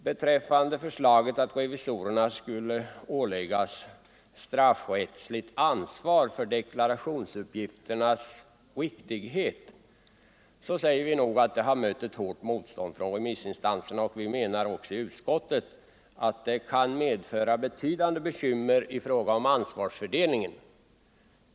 Beträffande förslaget att revisorerna skulle åläggas straffrättsligt ansvar för deklarationsuppgifternas riktighet, så säger vi att det har mött ett hårt motstånd från remissinstanserna. Vi menar också i utskottet att detta skulle kunna medföra betydande bekymmer i fråga om ansvarsfördelningen.